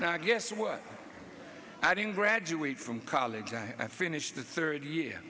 hour guess what i didn't graduate from college i finished the third yea